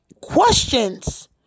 questions